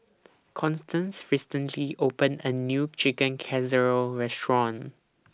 Constance recently opened A New Chicken Casserole Restaurant